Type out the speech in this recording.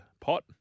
pot